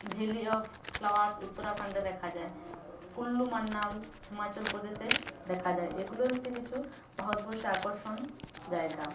valley of flowers উত্তরাখন্ডে দেখা যায় কুল্লু মানালি হিমাচল প্রদেশে দেখা যায় এগুলো হচ্ছে কিছু ভারতবর্ষে আকর্ষণ জায়গা